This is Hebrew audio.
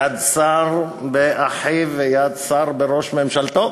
יד שר באחיו, ויד שר בראש ממשלתו.